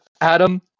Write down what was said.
Adam